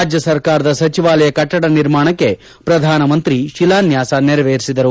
ರಾಜ್ಯ ಸರ್ಕಾರದ ಸಚಿವಾಲಯ ಕಟ್ಟಡ ನಿರ್ಮಾಣಕ್ಕೆ ಪ್ರಧಾನಮಂತ್ರಿ ಶೀಲಾನ್ಯಾಸ ನೆರವೇರಿಸಿದರು